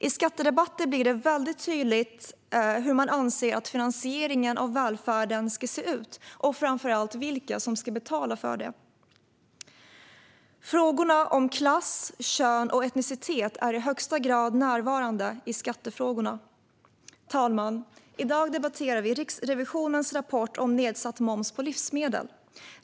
I skattedebatter blir det väldigt tydligt hur man anser att finansieringen av välfärden ska se ut och framför allt vilka som ska betala för den. Frågor om klass, kön och etnicitet är i högsta grad närvarande i skattefrågorna. Herr talman! I dag debatterar vi Riksrevisionens rapport om nedsatt moms på livsmedel.